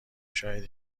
شاید